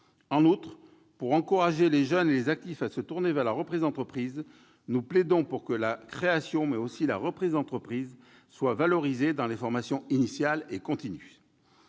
En outre, afin d'encourager les jeunes et les actifs à se tourner vers la reprise d'entreprise, nous plaidons pour que la création mais aussi la reprise d'entreprise soient valorisées dans les formations initiale et continue.